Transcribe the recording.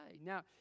Now